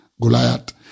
Goliath